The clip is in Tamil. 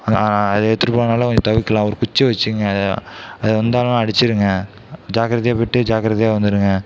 அதை எடுத்துகிட்டு போறதனால கொஞ்சம் தவிர்க்கலாம் ஒரு குச்சி வச்சிருங்க அது வந்தாலும் அடிச்சுருங்க ஜாக்கிரதையா போய்விட்டு ஜாக்கிரதையா வந்துடுங்க